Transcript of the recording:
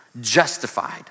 justified